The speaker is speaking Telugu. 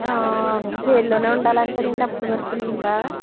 జైల్లోనే ఉండాలంటారా అండి అప్పడి వరకు ఇంకా